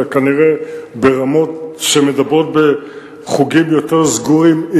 אלא כנראה ברמות שמדברות בחוגים יותר סגורים,